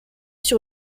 sur